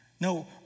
No